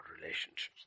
relationships